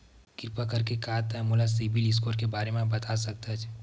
किरपा करके का तै मोला सीबिल स्कोर के बारे माँ बता सकथस?